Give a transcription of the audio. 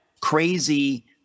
crazy